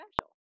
special